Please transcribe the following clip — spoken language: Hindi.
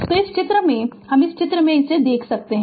तो इस चित्र में हम इस चित्र में देख सकते हैं